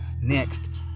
Next